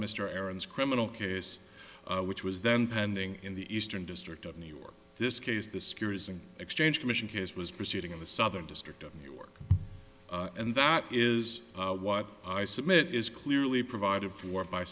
aaron's criminal case which was then pending in the eastern district of new york this case the securities and exchange commission case was proceeding in the southern district of new york and that is what i submit is clearly provided for